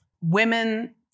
women